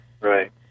Right